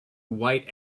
white